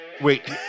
Wait